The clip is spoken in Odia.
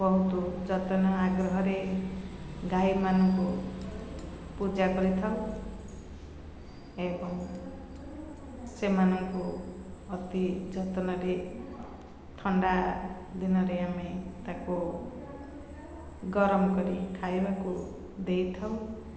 ବହୁତ ଯତ୍ନ ଆଗ୍ରହରେ ଗାଈମାନଙ୍କୁ ପୂଜା କରି ଥାଉ ଏବଂ ସେମାନଙ୍କୁ ଅତି ଯତ୍ନରେ ଥଣ୍ଡା ଦିନରେ ଆମେ ତାକୁ ଗରମ କରି ଖାଇବାକୁ ଦେଇ ଥାଉ